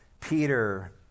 Peter